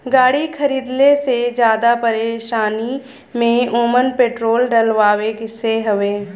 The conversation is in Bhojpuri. गाड़ी खरीदले से जादा परेशानी में ओमन पेट्रोल डलवावे से हउवे